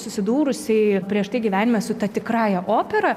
susidūrusiai prieš tai gyvenime su ta tikrąja opera